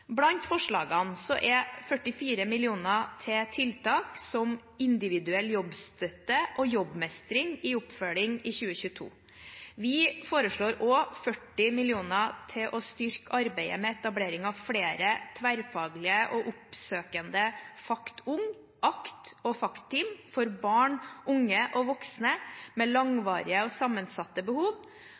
2022. Vi foreslår også 40 mill. kr til å styrke arbeidet med etablering av flere tverrfaglige og oppsøkende FACT Ung-, ACT- og FACT-team for barn, unge og voksne med langvarige og sammensatte behov.